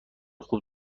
خوب